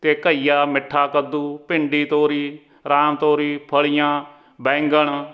ਅਤੇ ਘਈਆ ਮਿੱਠਾ ਕੱਦੂ ਭਿੰਡੀ ਤੋਰੀ ਰਾਮ ਤੋਰੀ ਫਲੀਆਂ ਬੈਂਗਣ